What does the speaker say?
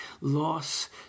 loss